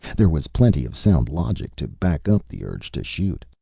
there was plenty of sound logic to back up the urge to shoot.